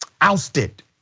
ousted